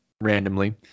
randomly